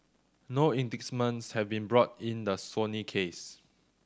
no indictments have been brought in the Sony case